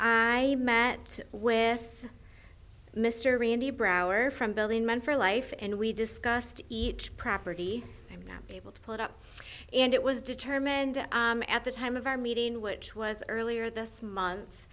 i met with mr randy brower from berlin men for life and we discussed each property and map table to pull it up and it was determined at the time of our meeting which was earlier this month